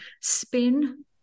spin